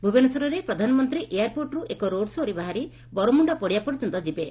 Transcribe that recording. ଭୁବନେଶ୍ୱରରେ ପ୍ରଧାନମନ୍ତୀ ଏୟାରପୋର୍ଟରୁ ଏକ ରୋଡ୍ ଶୋ'ରେ ବାହାରି ବରମୁଣ୍ଡା ପଡିଆ ପର୍ଯ୍ୟନ୍ତ ଯିବେ